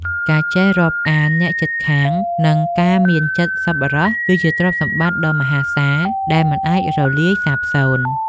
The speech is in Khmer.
ការចេះរាប់អានអ្នកជិតខាង និងការមានចិត្តសប្បុរស គឺជាទ្រព្យសម្បត្តិដ៏មហាសាលដែលមិនអាចរលាយសាបសូន្យ។